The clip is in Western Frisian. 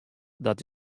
dat